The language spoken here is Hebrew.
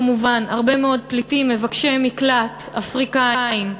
כמובן, הרבה מאוד פליטים מבקשי מקלט אפריקאים,